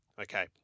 Okay